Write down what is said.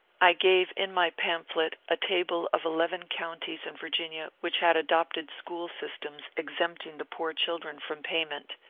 i gave in my pamphlet a table of eleven counties in vir ginia which had adopted school systems exempting the poor children from payment.